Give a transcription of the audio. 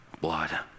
blood